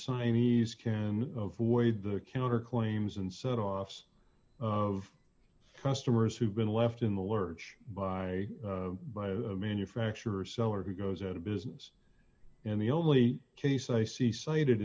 assignees can avoid the counterclaims and set offs of customers who've been left in the lurch by by a manufacturer seller who goes out of business and the only case i see cited